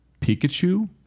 Pikachu